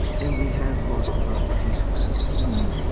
and we have lost a lot of the pieces right.